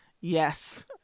yes